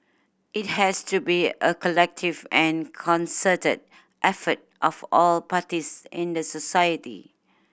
it has to be a collective and concerted effort of all parties in the society